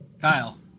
Kyle